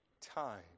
time